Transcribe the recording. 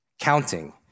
counting